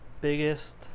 biggest